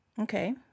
Okay